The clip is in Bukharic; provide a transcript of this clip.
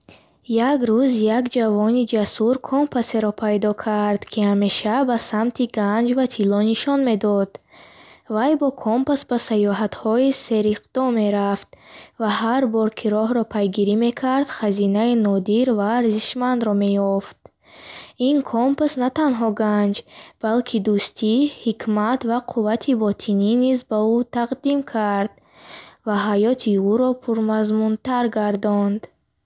Як рӯз як ҷавони ҷасур компасеро пайдо кард, ки ҳамеша ба самти ганҷ ва тилло нишон медод. Вай бо компас ба саёҳатҳои сериқдоме рафт ва ҳар бор ки роҳро пайгирӣ мекард, хазинаи нодир ва арзишмандро меёфт. Ин компас на танҳо ганҷ, балки дӯстӣ, ҳикмат ва қуввати ботинӣ низ ба ӯ тақдим кард ва ҳаёти ӯро пурмазмунтар гардонд.